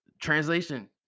translation